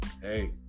Hey